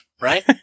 right